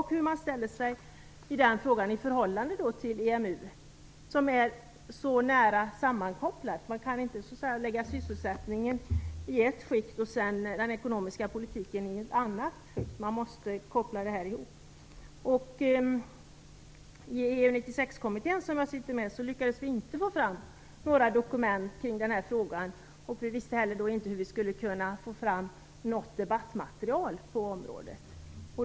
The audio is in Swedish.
Hur ställer man sig i den frågan som i förhållande till EMU är så nära sammankopplad? Man kan inte lägga sysselsättningen i ett skikt och den ekonomiska politiken i ett annat skikt. Dessa områden måste kopplas samman. I EU 96-kommittén, som jag sitter med i, lyckades vi inte få fram några dokument i den här frågan. Vi visste inte heller hur vi skulle kunna få fram något debattmaterial på området.